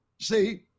See